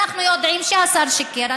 אנחנו יודעים שהשר שיקר,